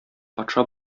патша